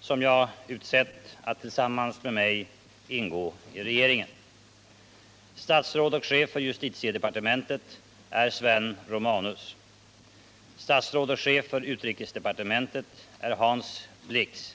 som jag utsett att tillsammans med mig ingå i regeringen. Statsråd och chef för justitiedepartementet är Sven Romanus. Statsråd och chef för utrikesdepartementet är Hans Blix.